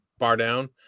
Bardown